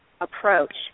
approach